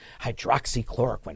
hydroxychloroquine